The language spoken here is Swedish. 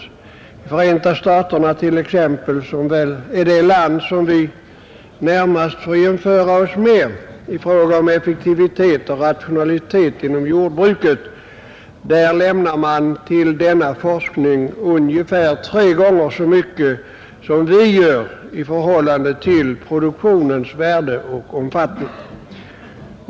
I Förenta staterna t.ex., som väl är det land som vi närmast får jämföra oss med i fråga om effektivitet och rationalitet inom jordbruket, lämnar man till denna forskning ungefär tre gånger så mycket som vi gör i förhållande till produktionens värde och omfattning.